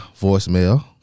voicemail